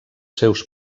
seus